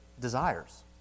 desires